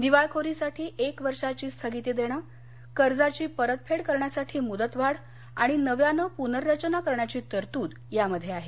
दिवाळखोरीसाठी एक वर्षांची स्थगिती देणं कर्जांची परतफेड करण्यासाठी मूदतवाढ आणि नव्यानं पूनर्रचना करण्याची तरतूद यात आहे